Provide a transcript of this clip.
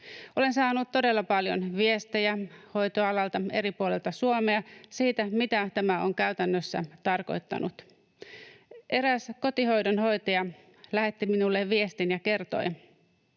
Olen saanut todella paljon viestejä hoitoalalta eri puolilta Suomea siitä, mitä tämä on käytännössä tarkoittanut. Eräs kotihoidon hoitaja lähetti minulle viestin ja kertoi: